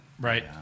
Right